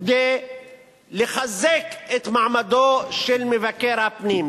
כדי לחזק את מעמדו של מבקר הפנים,